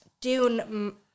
Dune